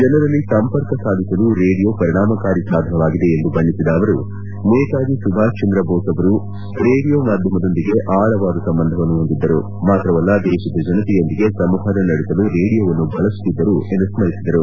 ಜನರಲ್ಲಿ ಸಂಪರ್ಕ ಸಾಧಿಸಲು ರೇಡಿಯೋ ಪರಿಣಾಮಕಾರಿ ಸಾಧನವಾಗಿದೆ ಎಂದು ಬಣ್ಣಿಸಿದ ಅವರು ನೇತಾಜಿ ಸುಭಾಷ್ಚಂದ್ರ ಬೋಸ್ ಅವರು ರೇಡಿಯೋ ಮಾಧ್ಯಮದೊಂದಿಗೆ ಆಳವಾದ ಸಂಬಂಧವನ್ನು ಹೊಂದಿದ್ದರು ಮಾತ್ರವಲ್ಲ ದೇಶದ ಜನರೊಂದಿಗೆ ಸಂವಹನ ನಡೆಸಲು ರೇಡಿಯೋವನ್ನು ಬಳಸುತ್ತಿದ್ದರು ಎಂದು ಸ್ಕರಿಸಿದರು